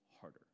harder